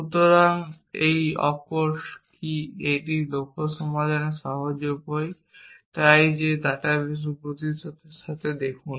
সুতরাং এই of course কি এটি লক্ষ্য সমাধানের সহজ উপায় এবং তাই যে ডাটা বেস উপস্থিত সঙ্গে দেখুন